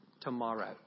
tomorrow